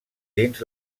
dins